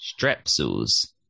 Strepsils